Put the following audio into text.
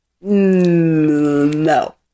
No